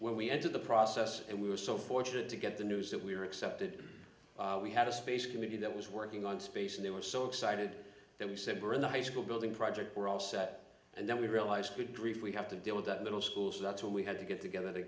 when we entered the process and we were so fortunate to get the news that we were accepted we had a space committee that was working on space and they were so excited that we said we're in the high school building project we're all set and then we realized good grief we have to deal with that middle school so that's why we had to get together to